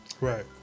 Right